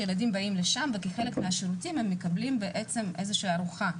שהילדים באים לשם וכחלק מהשירותים הם מקבלים איזו שהיא ארוחה.